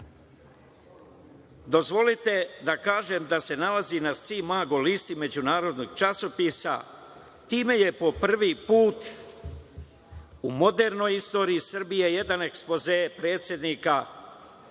nemate. Dozvolite da kažem da se nalazi na „Scimago“ listi, međunarodnog časopisa, time je po prvi put u modernoj istoriji Srbije, jedan ekspoze predsednika